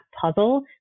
puzzle